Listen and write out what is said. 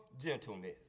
gentleness